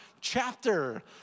chapter